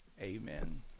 Amen